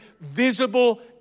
visible